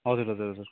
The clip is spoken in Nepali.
हजुर हजुर हजुर